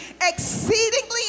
exceedingly